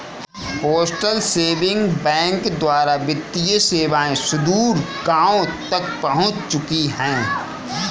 postal saving bank द्वारा वित्तीय सेवाएं सुदूर गाँवों तक पहुंच चुकी हैं